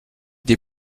des